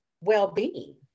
well-being